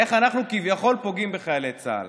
איך אנחנו כביכול פוגעים בחיילי צה"ל?